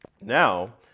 Now